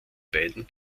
beiden